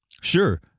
sure